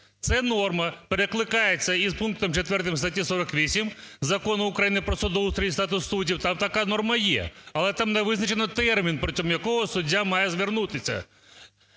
Ця норма перекликається з пунктом 4 статті 48 Закону України "Про судоустрій і статус суддів". Там така норма є. Але там не визначено термін, протягом якого суддя має звернутися.